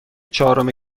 چهارم